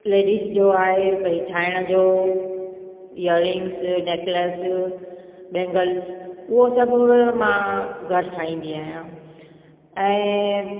ladies जो आहे भई ठाहिण जो इयररिंगस नैकलेस बैंगलस उहे सभु मां घर ठाहींदी आहियां ऐं